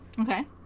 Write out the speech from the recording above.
Okay